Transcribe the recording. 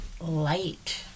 light